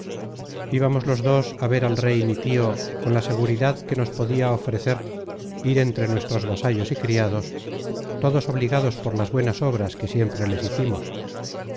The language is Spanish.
ibamos los dos á ver al rey mi tio con la seguridad que nos podia ofrecer ir entre nuestros vasallos y criados todos obligados por las buenas obras que siempre les hicimos